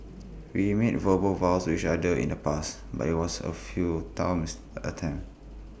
we made verbal vows to each other in the past but IT was A attempt